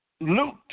Luke